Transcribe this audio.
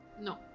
No